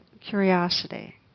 curiosity